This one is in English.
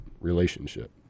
relationship